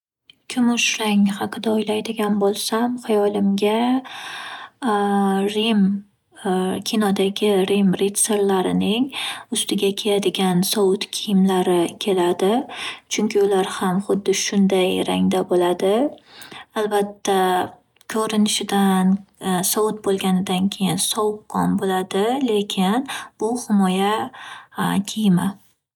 Kumush rang haqida o’ylaydigan bo’lsam hayolimga rim kinodagi rim ritsorlarining ustiga kiyadinga sovut kiyimlari keladi. Chunki ular ham huddi shunday rangda bo’ladi. Albatta ko’rinishidan sovut bo’lganindan keyin sovuqqon bo’ladi lekin u himoya kiyimi.